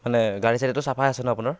মানে গাড়ী চাৰীটো চাফাই আছে ন আপোনাৰ